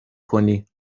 کنی